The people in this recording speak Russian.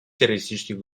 террористических